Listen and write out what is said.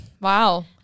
Wow